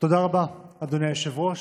תודה רבה, אדוני היושב-ראש.